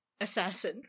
assassin